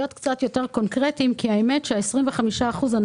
שהיה בהצעה האחרונה.